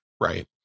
Right